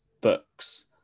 books